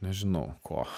nežinau ko